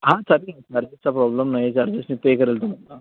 हां चालेल ना चार्जेसचा प्रॉब्लम नाही चार्जेस मी पे करेन तुम्हाला